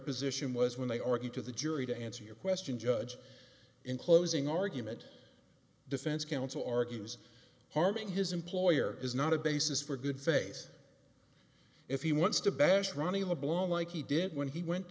position was when they argue to the jury to answer your question judge in closing argument defense counsel argues harming his employer is not a basis for good face if he wants to bash running in a blow like he did when he went